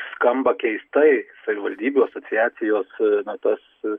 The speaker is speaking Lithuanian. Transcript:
skamba keistai savivaldybių asociacijos na tas